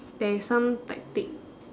there is some tactic